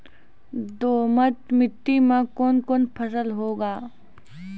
दोमट मिट्टी मे कौन कौन फसल होगा?